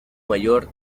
mayor